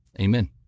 amen